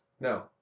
No